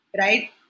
right